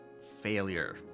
failure